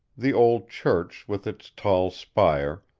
the old church with its tall spire,